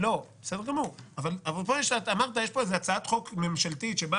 ברגע שאמרת שיש פה הצעת חוק ממשלתית שרוצה